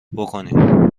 بکنم